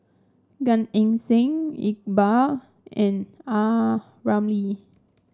Gan Eng Seng Iqbal and Ah Ramli